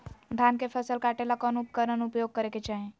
धान के फसल काटे ला कौन उपकरण उपयोग करे के चाही?